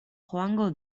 joango